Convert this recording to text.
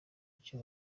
icyo